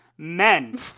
Men